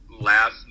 last